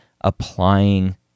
applying